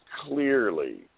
clearly